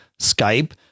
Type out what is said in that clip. Skype